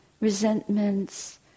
resentments